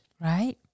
Right